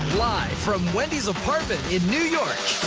live from wendy's apartment in new york,